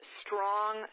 strong